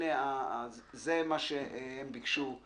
זה מה שהם ביקשו.